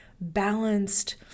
balanced